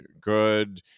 good